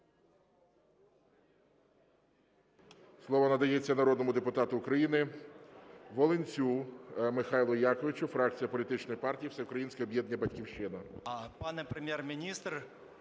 Слово надається народному депутату України Волинцю Михайлу Яковичу, фракція політичної партії "Всеукраїнське об'єднання "Батьківщина".